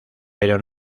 pero